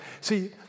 See